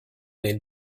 den